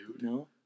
No